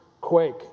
quake